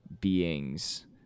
beings